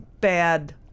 bad